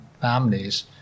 families